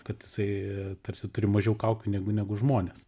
kad jisai tarsi turi mažiau kaukių negu negu žmonės